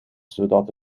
zodat